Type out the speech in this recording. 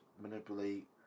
manipulate